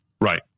right